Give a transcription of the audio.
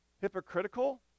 hypocritical